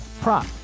prop